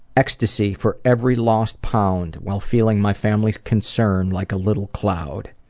ecstasy for every lost pound while feeling my family's concern like a little cloud.